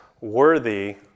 worthy